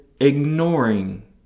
ignoring